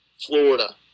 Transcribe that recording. Florida